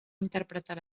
interpretar